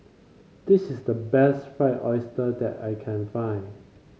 this is the best Fried Oyster that I can find